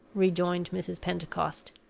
rejoined mrs. pentecost.